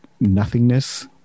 nothingness